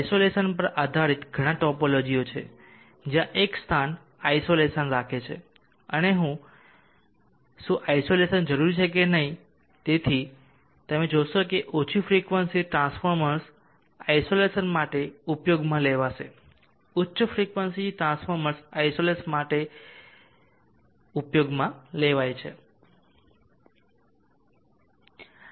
isolation પર આધારિત ઘણા ટોપોલોજીઓ છે જ્યાં એક સ્થાન આઇસોલેસન રાખે છે અને શું આઇસોલેસન જરૂરી છે કે નહીં તેથી તમે જોશો કે ઓછી ફ્રિકવન્સી ટ્રાન્સફોર્મર્સ આઇસોલેસન માટે ઉપયોગમાં લેવામાં આવશે ઉચ્ચ ફ્રિકવન્સી ટ્રાન્સફોર્મર્સ આઇસોલેસન માટે ઉપયોગમાં લેવાય છે